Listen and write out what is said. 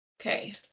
okay